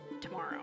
tomorrow